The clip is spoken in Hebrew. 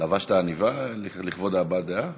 לבשת עניבה לכבוד הבעת הדעה?